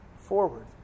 forward